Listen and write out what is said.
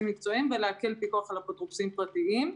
מקצועיים ולהקל פיקוח על אפוטרופוסים פרטיים.